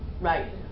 Right